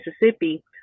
Mississippi